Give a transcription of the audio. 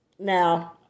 Now